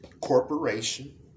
corporation